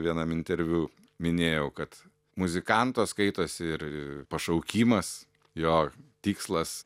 vienam interviu minėjau kad muzikanto skaitosi ir pašaukimas jo tikslas